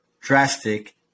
drastic